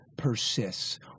Persists